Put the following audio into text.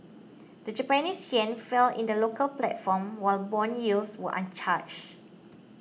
the Japanese yen fell in the local platform while bond yields were unchanged